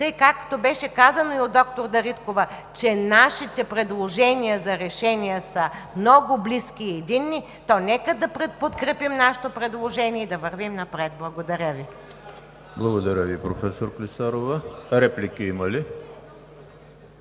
както беше казано и от доктор Дариткова, че нашите предложения за решения са много близки и единни, то нека да подкрепим нашето предложение и да вървим напред. Благодаря Ви. ПРЕДСЕДАТЕЛ ЕМИЛ ХРИСТОВ: Благодаря Ви, професор Клисарова. Реплики има ли?